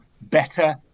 better